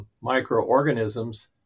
microorganisms